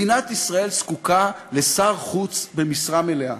מדינת ישראל זקוקה לשר חוץ במשרה מלאה.